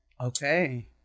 Okay